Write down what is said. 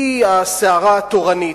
היא הסערה התורנית,